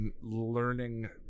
learning